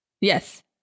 Yes